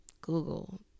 Google